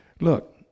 Look